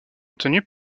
obtenus